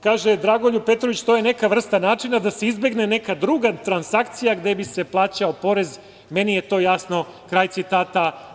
Kaže Dragoljub Petrović – to je neka vrsta načina da se izbegne neka druga transakcija gde bi se plaćao porez, meni je to jasno, kraj citata.